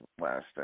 last